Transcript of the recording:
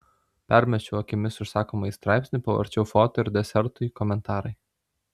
permečiau akimis užsakomąjį straipsnį pavarčiau foto ir desertui komentarai